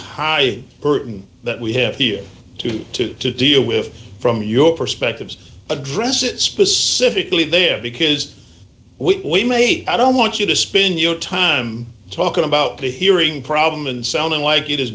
high burden that we have here to to to deal with from your perspectives address it specifically there because we may i don't want you to spin your time talking about the hearing problem in sounding like it